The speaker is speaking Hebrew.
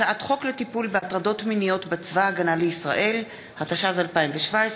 התשע"ז 2017,